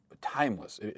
timeless